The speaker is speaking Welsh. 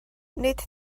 nid